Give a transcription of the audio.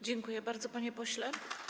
Dziękuję bardzo, panie pośle.